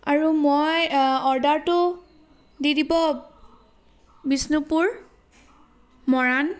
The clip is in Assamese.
আৰু মই অৰ্ডাৰটো দি দিব বিষ্ণুপুৰ মৰাণ